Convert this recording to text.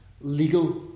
legal